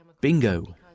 bingo